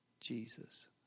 Jesus